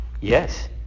Yes